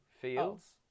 fields